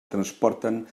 transporten